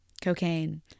Cocaine